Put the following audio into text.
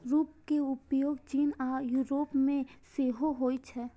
सूप के उपयोग चीन आ यूरोप मे सेहो होइ छै